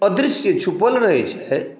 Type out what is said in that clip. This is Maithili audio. अदृश्य छुपल रहै छै